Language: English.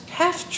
half